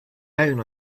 down